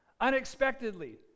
unexpectedly